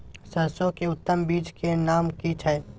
सरसो के उत्तम बीज के नाम की छै?